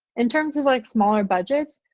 in terms of like smaller budgets,